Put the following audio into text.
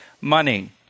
money